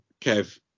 Kev